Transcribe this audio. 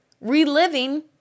reliving